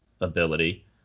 ability